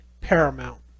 paramount